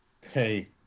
Hey